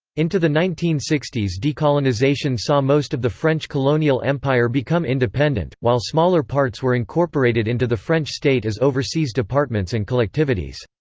into the nineteen sixty s decolonization saw most of the french colonial empire become independent, while smaller parts were incorporated into the french state as overseas departments and collectivities.